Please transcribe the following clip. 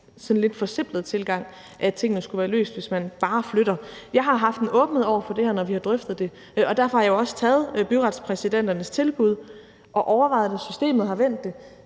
sådan lidt forsimplede tilgang, som går ud på, at tingene skulle være løst, bare man flytter det. Jeg har haft en åbenhed over for det her, når vi har drøftet det, og derfor har jeg jo også taget byretspræsidenternes tilbud og overvejet det, og systemet har vendt det,